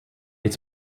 its